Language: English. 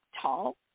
tall